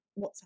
WhatsApp